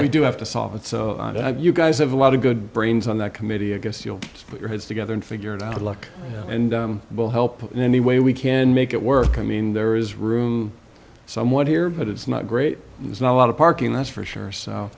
we do have to solve it so you guys have a lot of good brains on that committee against you put your hands together and figure it out of luck and we'll help in any way we can make it work i mean there is room somewhat here but it's not great there's not a lot of parking that's for sure so